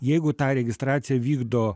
jeigu tą registraciją vykdo